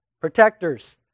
protectors